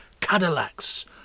Cadillacs